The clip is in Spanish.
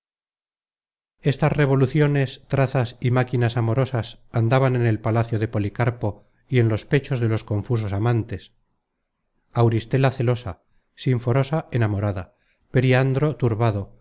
estas revoluciones trazas y máquinas amorosas andaban en el palacio de policarpo y en los pechos de los confusos amantes auristela celosa sinforosa enamorada periandro turbado